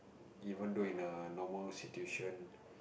even though in a normal situation